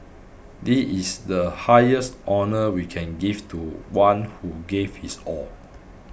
this is the highest honour we can give to one who gave his all